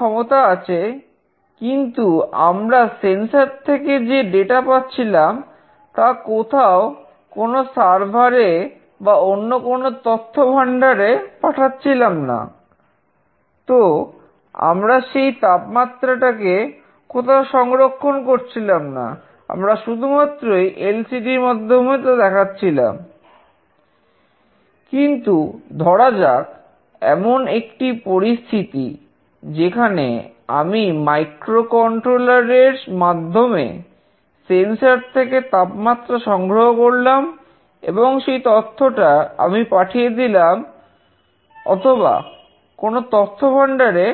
কিন্তু ধরা যাক এমন একটি পরিস্থিতি যেখানে আমি মাইক্রোকন্ট্রোলার কিংবা তথ্যভান্ডার এ